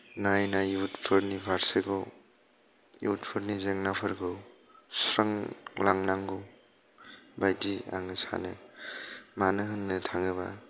नायै नायै युथफोरनि फारसे बाव युथफोरनि जेंनाफोरखौ सुस्रांलांनांगौ बायदि आं सानो मानो होननो थाङोबा